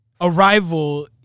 Arrival